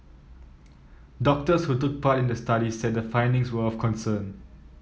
doctors who took part in the study said the findings were of concern